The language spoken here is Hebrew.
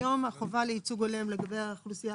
היום החובה לייצוג הולם לגבי האוכלוסייה